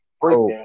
breakdown